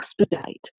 expedite